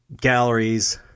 galleries